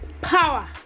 power